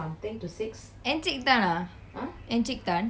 encik tan ah encik tan